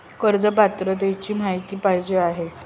कर्ज पात्रतेची माहिती पाहिजे आहे?